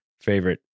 favorite